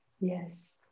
yes